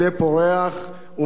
פורח ומלבלב,